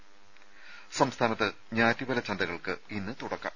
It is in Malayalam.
ത സംസ്ഥാനത്ത് ഞാറ്റുവേല ചന്തകൾക്ക് ഇന്ന് തുടക്കം